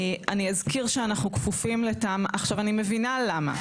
אני אזכיר שאנחנו כפופים לתמ"א --- עכשיו אני מבינה למה,